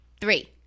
three